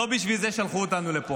לא בשביל זה שלחו אותנו פה.